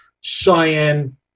Cheyenne